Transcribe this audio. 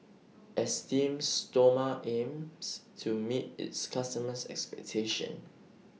Esteem Stoma aims to meet its customers' expectations